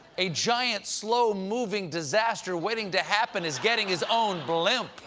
a giant, slow-moving, disaster waiting to happen is getting his own blimp!